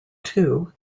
two